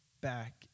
back